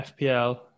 fpl